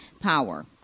power